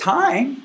time